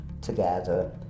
together